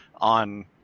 on